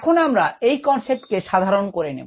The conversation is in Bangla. এখন আমরা এই কনসেপ্টকে সাধারণ করে নেব